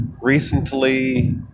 recently